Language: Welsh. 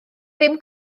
ddim